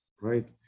right